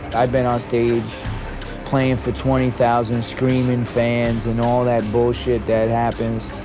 i been on stage playing for twenty thousand screaming fans and all that bullshit that happens,